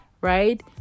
right